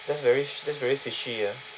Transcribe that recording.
that's very that's very fishy ah